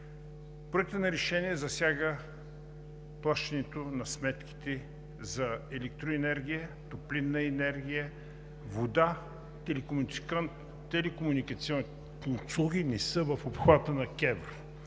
Проектът на решение засяга плащането на сметките за електроенергия, топлинна енергия и вода. Телекомуникационните услуги не са в обхвата на